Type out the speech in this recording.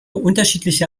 unterschiedliche